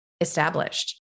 established